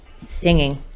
singing